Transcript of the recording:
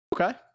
Okay